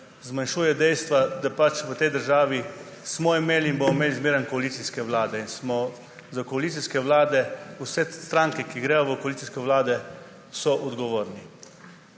zmanjšuje dejstva, da smo v tej državi imeli in bomo imeli vedno koalicijske vlade in so za koalicijske vlade vse stranke, ki gredo v koalicijske vlade, soodgovorne.